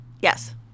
Yes